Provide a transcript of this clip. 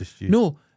No